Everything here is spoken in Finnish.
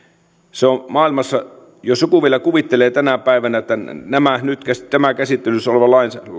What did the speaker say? jos joku vielä kuvittelee tänä päivänä että tämä käsittelyssä oleva